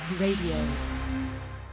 radio